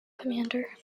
commander